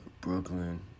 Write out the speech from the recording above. Brooklyn